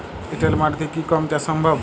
এঁটেল মাটিতে কি গম চাষ সম্ভব?